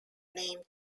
name